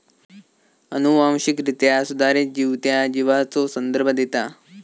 अनुवांशिकरित्या सुधारित जीव त्या जीवाचो संदर्भ देता